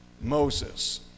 Moses